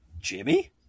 Jimmy